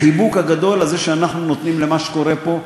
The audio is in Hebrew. החיבוק הגדול הזה שאנחנו נותנים למה שקורה פה,